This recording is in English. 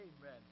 Amen